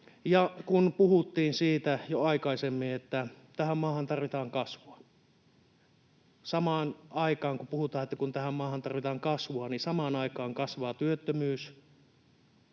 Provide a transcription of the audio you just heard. puhuttiin jo aikaisemmin, että tähän maahan tarvitaan kasvua, ja samaan aikaan, kun puhutaan,